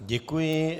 Děkuji.